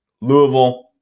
Louisville